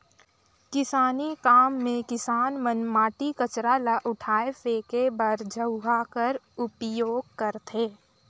किसानी काम मे किसान मन माटी, कचरा ल उठाए फेके बर झउहा कर उपियोग करथे